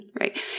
right